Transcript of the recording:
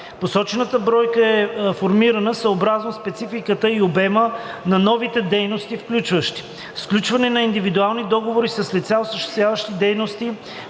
Посочената бройка е формирана съобразно спецификата и обема на новите дейности, включващи: - сключване на индивидуални договори с лицата, осъществяващи дейности